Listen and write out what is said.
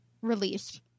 released